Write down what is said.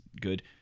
good